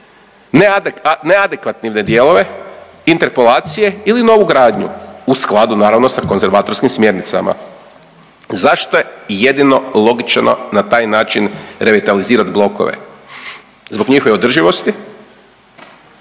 neadekvatne dijelove interpelacije ili novu gradnju u skladu naravno sa konzervatorskim smjernicama. Zašto je jedino logično na taj način revitalizirati blokove? Zbog njihove održivosti,